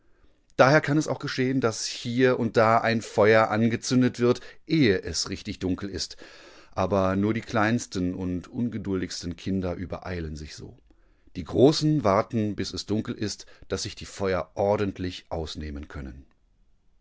daher kann es auch geschehen daß hier und da ein feuer angezündet wird ehe es richtig dunkel ist aber nur die kleinsten und ungeduldigsten kinder übereilen sich so die großen warten bis es so dunkel ist daß sich die feuer ordentlich ausnehmenkönnen